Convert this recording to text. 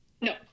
No